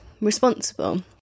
responsible